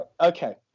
okay